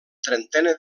trentena